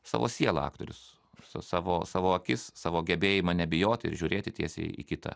savo sielą aktorius savo savo akis savo gebėjimą nebijoti ir žiūrėti tiesiai į kitą